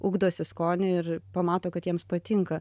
ugdosi skonį ir pamato kad jiems patinka